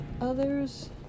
others